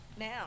Now